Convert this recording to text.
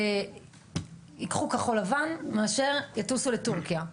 וייקחו כחול לבן מאשר יטוסו לטורקיה.